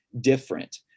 different